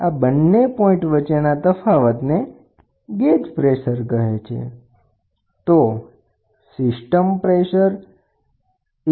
આ બંને પોઇન્ટ વચ્ચેના તફાવતને ગેજ સિસ્ટમ પ્રેસર કહે છે